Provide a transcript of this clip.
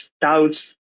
doubts